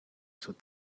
suit